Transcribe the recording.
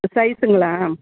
சைசுங்களா